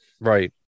Right